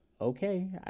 okay